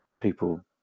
people